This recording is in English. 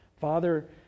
Father